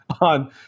on